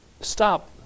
Stop